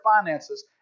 finances